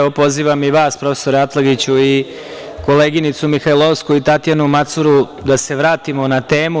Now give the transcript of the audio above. Pozivam i vas profesore Atlagiću i koleginicu Mihajlovsku i Tatjanu Macuru da se vratimo na temu.